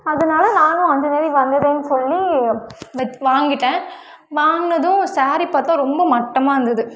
அதனால் நானும் அஞ்சாம் தேதி வந்ததுன்னு சொல்லி வச் வாங்கிட்டேன் வாங்கினதும் ஸேரீ பார்த்தா ரொம்ப மட்டமாக இருந்துது